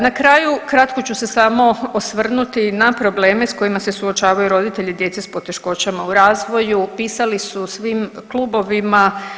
Na kraju kratko ću se samo osvrnuti na probleme s kojima se suočavaju roditelji djece s poteškoćama u razvoju, pisali su svim klubovima.